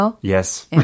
Yes